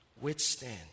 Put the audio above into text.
Withstand